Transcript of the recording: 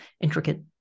intricate